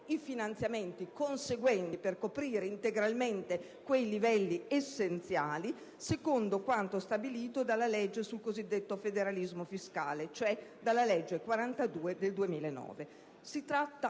i finanziamenti conseguenti per coprire integralmente quei livelli essenziali, secondo quanto stabilito dalla legge sul cosiddetto federalismo fiscale, la n. 42 del 2009. Si tratta